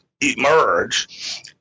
emerge